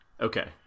okay